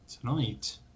Tonight